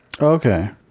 Okay